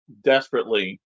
desperately